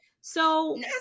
So-